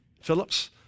Phillips